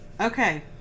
Okay